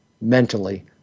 mentally